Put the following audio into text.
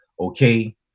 Okay